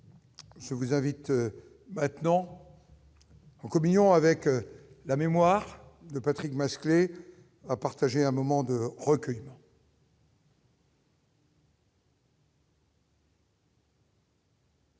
Je vous invite maintenant. Communion avec la mémoire de Patrick Masclet à partager un moment de recueillement.